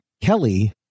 Kelly